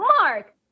Mark